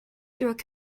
through